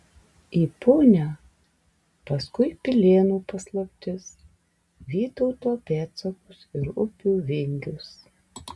į punią paskui pilėnų paslaptis vytauto pėdsakus ir upių vingius